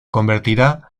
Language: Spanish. convertirá